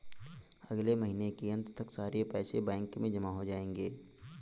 अगले महीने के अंत तक सारे पैसे बैंक में जमा हो जायेंगे